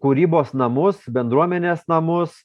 kūrybos namus bendruomenės namus